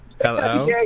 Hello